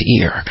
ear